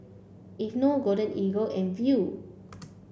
Aveeno Golden Eagle and Viu